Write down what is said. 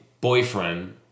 boyfriend